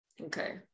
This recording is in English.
okay